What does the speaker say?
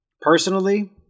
Personally